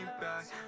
back